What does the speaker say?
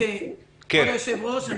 כבוד היושב-ראש,